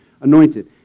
anointed